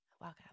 Welcome